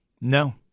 No